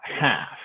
half